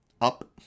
up